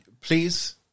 please